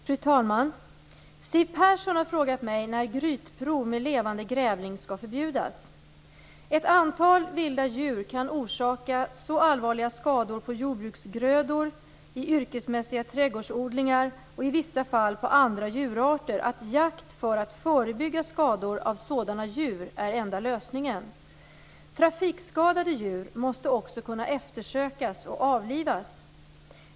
Fru talman! Siw Persson har frågat mig när grytprov med levande grävling skall förbjudas. Ett antal vilda djur kan orsaka så allvarliga skador på jordbruksgrödor, i yrkesmässiga trädgårdsodlingar och i vissa fall på andra djurarter att jakt för att förebygga skador av sådana djur är enda lösningen. Trafikskadade djur måste också kunna eftersökas och avlivas.